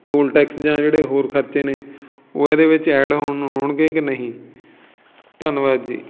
tool tax ਜਾਂ ਜਿਹੜੇ ਹੋਰ ਖਰਚੇ ਨੇ ਉਹ ਇਹਦੇ ਵਿੱਚ ਐਡ ਹੋਣ ਹੋਣਗੇ ਕਿ ਨਹੀਂ ਧੰਨਵਾਦ ਜੀ